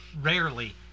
Rarely